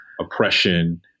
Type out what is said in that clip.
oppression